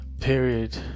period